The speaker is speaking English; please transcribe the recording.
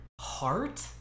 heart